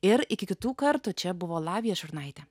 ir iki kitų kartų čia buvo lavija šurnaitė